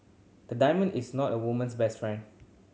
the diamond is not a woman's best friend